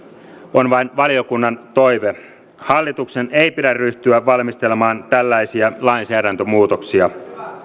on vain valiokunnan toive hallituksen ei pidä ryhtyä valmistelemaan tällaisia lainsäädäntömuutoksia